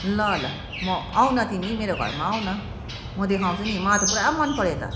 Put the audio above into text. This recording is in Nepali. ल ल म आउ न तिमी मेरो घरमा आउ न म देखाउँछु नि मलाई त पुरा मनपर्यो त